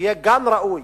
שיהיה גן ראוי,